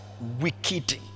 wicked